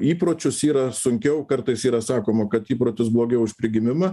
įpročius yra sunkiau kartais yra sakoma kad įprotis blogiau už prigimimą